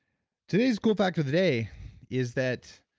today's cool fact of the day is that,